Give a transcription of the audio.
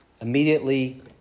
immediately